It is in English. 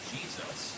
Jesus